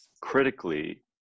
Critically